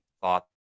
thought